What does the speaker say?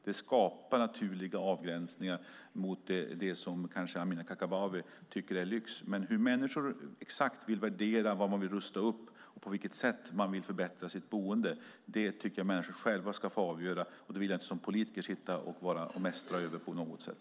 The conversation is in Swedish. Det skapar naturliga avgränsningar mot det som Amineh Kakabaveh kanske tycker är lyx. Hur människor exakt värderar vad man vill rusta upp och på vilket sätt man vill förbättra sitt boende tycker jag att de själva ska få avgöra. Det vill jag inte som politiker sitta och mästra över på något sätt.